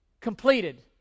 Completed